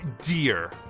dear